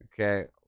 Okay